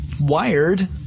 Wired